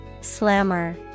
slammer